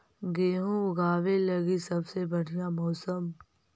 गेहूँ ऊगवे लगी सबसे बढ़िया मौसम?